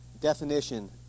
definition